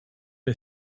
l’a